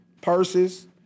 purses